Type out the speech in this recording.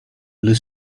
blue